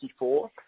1964